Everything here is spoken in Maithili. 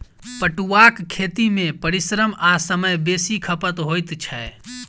पटुआक खेती मे परिश्रम आ समय बेसी खपत होइत छै